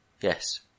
yes